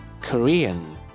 Korean